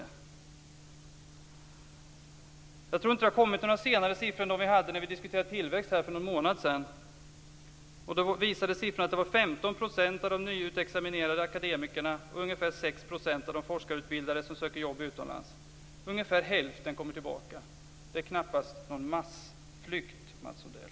Jag tror inte att det har kommit några senare siffror än de vi hade när vi diskuterade tillväxt här för någon månad sedan. Då visade siffrorna att 15 % av de nyutexaminerade akademikerna och ungefär 6 % av de forskarutbildade söker jobb utomlands. Ungefär hälften kommer tillbaka. Det är knappast någon massflykt, Mats Odell.